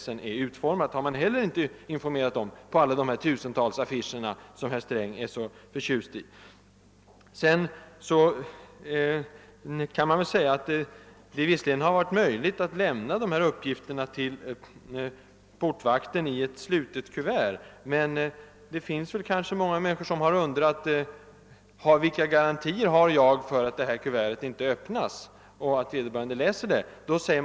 Detta senare har man heller inte informerat om på dessa tusentals affischer som herr Sträng är så förtjust i. Visserligen har det varit möjligt att lämna dessa uppgifter i slutet kuvert till portvakten: Men många människor har. säkerligen undrat vilka garantier de har för att kuvertet inte öppnas och för att blanketten inte läses av portvakten.